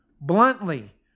Bluntly